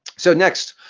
so next,